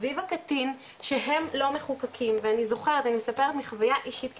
סביב הקטין שהם לא מחוקקים ואני זוכרת אני מספרת מחוויה אישית כפרקליטה,